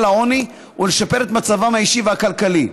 העוני ולשפר את מצבם האישי והכלכלי.